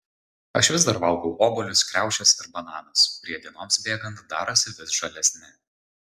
aš vis dar valgau obuolius kriaušes ir bananus kurie dienoms bėgant darosi vis žalesni